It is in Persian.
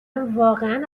واقعا